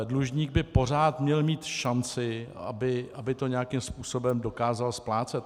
Dlužník by pořád měl mít šanci, aby to nějakým způsobem dokázal splácet.